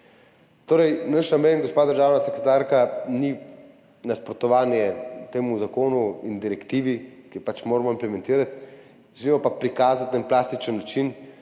Naš namen, gospa državna sekretarka, ni nasprotovanje temu zakonu in direktivi, ki jo pač moramo implementirati, želimo pa prikazati na en plastičen način,